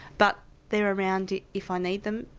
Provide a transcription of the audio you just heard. but they are around if i need them.